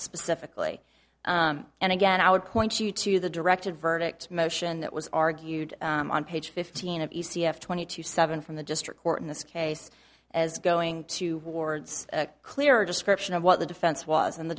specifically and again i would point you to the directed verdict motion that was argued on page fifteen of e c f twenty two seven from the district court in this case as going to wards a clear description of what the defense was and the